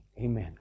amen